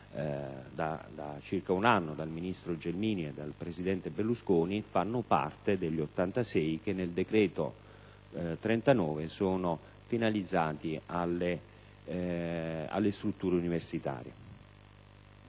da circa un anno dal ministro Gelmini e dal presidente Berlusconi, fanno parte degli 86 milioni che nel decreto-legge n. 39 del 2009 sono finalizzati alle strutture universitarie.